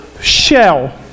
shell